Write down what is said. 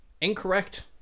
incorrect